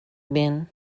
been